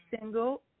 single